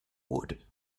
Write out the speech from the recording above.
wood